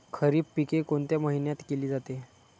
खरीप पिके कोणत्या महिन्यात केली जाते?